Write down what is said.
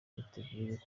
biteguye